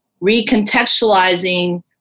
recontextualizing